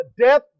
death